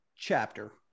chapter